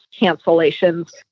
cancellations